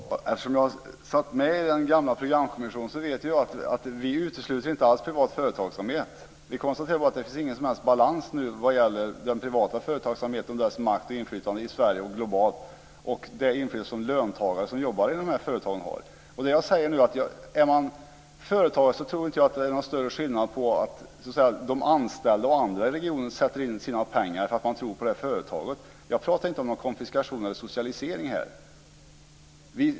Fru talman! Eftersom jag satt med i den gamla programkommissionen vet jag att vi inte alls utesluter privat företagsamhet. Vi konstaterar bara att det inte finns någon som helst balans vad gäller den privata företagsamheten, dess makt och inflytande i Sverige och globalt och det inflytande som löntagare som jobbar i dessa företag har. Är man företagare tror jag inte att det är någon större skillnad på att de anställda och andra i regionen sätter in sina pengar därför att de tror på det företaget. Jag pratar inte om någon konfiskation eller socialisering här.